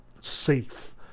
safe